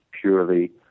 purely